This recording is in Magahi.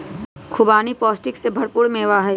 खुबानी पौष्टिक से भरपूर मेवा हई